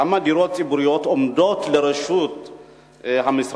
כמה דירות ציבוריות עומדות לרשות המשרד